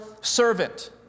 servant